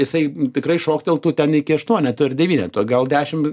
jisai tikrai šokteltų ten iki aštuoneto ir devyneto gal dešim